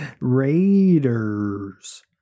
raiders